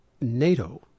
NATO